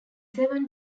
seven